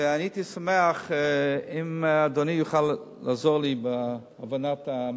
ואני הייתי שמח אם אדוני יוכל לעזור לי בהבנת המקרה.